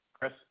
Chris